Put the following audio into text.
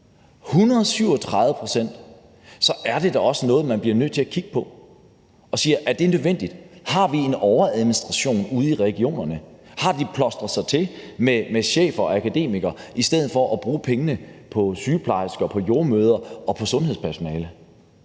137 pct. – så er det da også noget, man bliver nødt til at kigge på og spørge, om det er nødvendigt. Har vi en overadministration ude i regionerne? Har de plastret sig til med chefer og akademikere i stedet for at bruge pengene på sygeplejersker, på jordemødre og på sundhedspersonale?